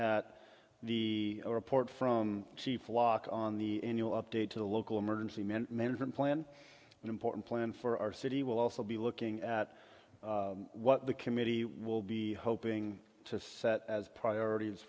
at the report from the flock on the new update to the local emergency management plan an important plan for our city will also be looking at what the committee will be hoping to set as priorit